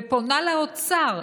ופונה לאוצר,